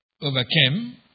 overcame